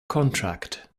contract